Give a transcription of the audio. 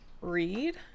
read